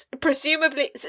Presumably